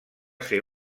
ser